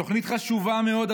תוכנית חשובה מאוד,